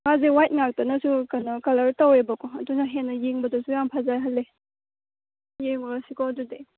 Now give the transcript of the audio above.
ꯃꯥꯁꯦ ꯋꯥꯏꯠ ꯉꯥꯛꯇꯅꯁꯨ ꯀꯩꯅꯣ ꯀꯂꯔ ꯇꯧꯋꯦꯕꯀꯣ ꯑꯗꯨꯅ ꯍꯦꯟꯅ ꯌꯦꯡꯕꯗꯁꯨ ꯌꯥꯝ ꯐꯖꯍꯜꯂꯦ ꯌꯦꯡꯂꯨꯔꯁꯤꯀꯣ ꯑꯗꯨꯗꯤ